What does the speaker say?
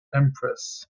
empress